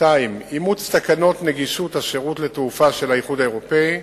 2. אימוץ תקנות נגישות השירות לתעופה של האיחוד האירופי,